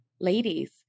Ladies